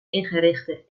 ingerichte